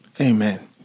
Amen